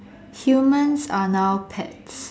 humans are now pets